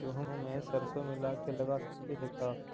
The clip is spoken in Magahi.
गेहूं मे सरसों मिला के लगा सकली हे का?